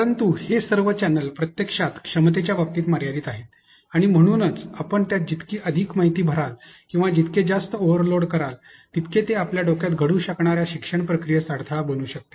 परंतु हे सर्व चॅनेल प्रत्यक्षात क्षमतेच्या बाबतीत मर्यादित आहेत आणि म्हणूनच आपण त्यात जितकी अधिक माहिती भराल किंवा जितके जास्त ओव्हरलोड कराल तितके ते आपल्या डोक्यात घडू शकणार्या शिक्षण प्रक्रियेस अडथळा बनू शकते